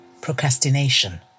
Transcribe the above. procrastination